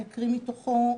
אני אקריא מתוכו,